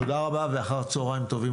תודה רבה ואחר הצוהריים טובים